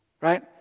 Right